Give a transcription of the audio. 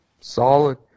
Solid